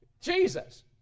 Jesus